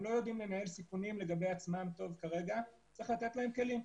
הם לא יודעים לנהל סיכונים לגבי עצמם כרגע וצריך לתת להם כלים.